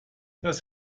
das